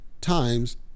times